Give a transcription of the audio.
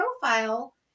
profile